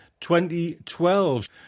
2012